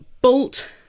Bolt